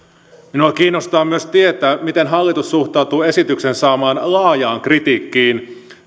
minua kiinnostaa myös tietää miten hallitus suhtautuu esityksen lausuntokierroksella saamaan laajaan kritiikkiin